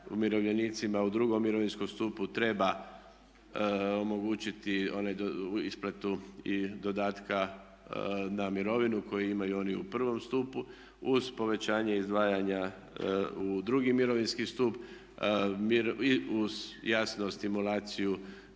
u II. mirovinskom stupu treba omogućiti isplatu i dodatke na mirovinu koju imaju oni u I. stupu uz povećanje izdvajanja u II. mirovinski stup i uz jasno stimulaciju